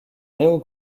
néo